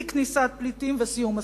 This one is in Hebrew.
אי-כניסת פליטים וסיום הסכסוך.